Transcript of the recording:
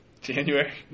January